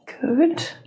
Good